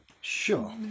Sure